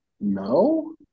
No